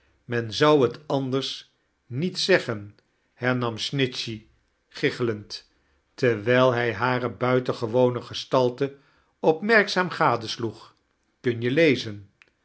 men kerstvertellingen zou t anders met zeggen hernam snitchey giggelend terwijl hij hare buitengewone gestalte opmerkzaam gadesloeg kun je lezen